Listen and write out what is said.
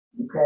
Okay